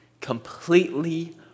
completely